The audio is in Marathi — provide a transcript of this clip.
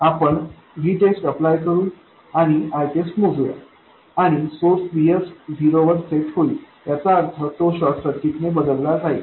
आपण Vtest अप्लाय करू आणि Itest मोजुया आणि सोर्स Vs झिरोवर सेट होईल याचा अर्थ तो शॉर्टसर्किट ने बदलला जाईल